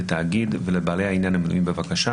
לתאגיד ולבעלי העניין המנויים בבקשה.